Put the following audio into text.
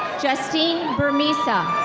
justine bermisa.